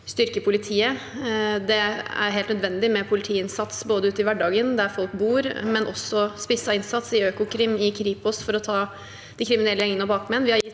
styrker politiet. Det er helt nødvendig med politiinnsats ute i hverdagen, der folk bor, men også spisset innsats i Økokrim og i Kripos for å ta de kriminelle gjengene og bakmennene.